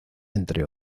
entre